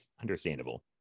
understandable